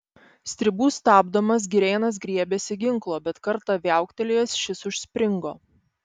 stribų stabdomas girėnas griebėsi ginklo bet kartą viauktelėjęs šis užspringo